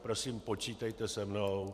Prosím, počítejte se mnou.